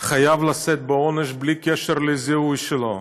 חייב לשאת בעונש, בלי קשר לזהות שלו,